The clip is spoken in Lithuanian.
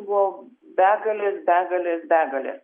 buvo begalės begalės begalės